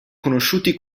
conosciuti